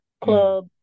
club